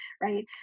right